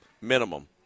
minimum